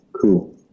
Cool